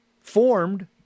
formed